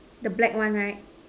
the black one right